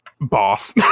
Boss